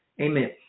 Amen